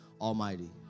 Almighty